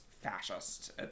fascist